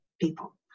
people